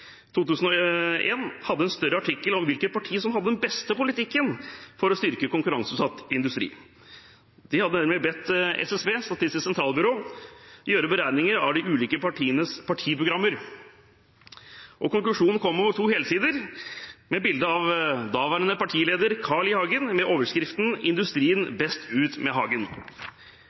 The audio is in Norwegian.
2001 hadde en større artikkel om hvilket parti som hadde den beste politikken for å styrke konkurranseutsatt industri. De hadde nemlig bedt SSB – Statistisk sentralbyrå – gjøre beregninger av de ulike partienes partiprogrammer. Konklusjonen kom over to helsider med bilde av daværende partileder Carl I. Hagen, med overskriften: